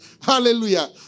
Hallelujah